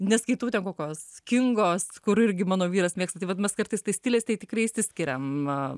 neskaitau ten kokios kingos kur irgi mano vyras mėgsta tai vat mes kartais tais stiliais tai tikrai išsiskiriam a